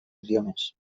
idiomes